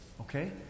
Okay